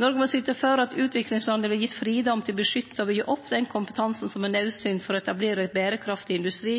Noreg må syte for at utviklingslanda vert gitt fridom til å beskytte og byggje opp den kompetansen som er naudsynt for å etablere berekraftig industri,